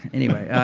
anyway